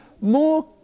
more